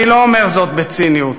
אני לא אומר זאת בציניות.